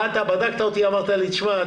באת, בדקת אותי אמרת לי 'תשמע,